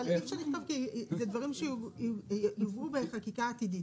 אבל אי אפשר לכתוב, כי אלה שיובאו בחקיקה עתידית.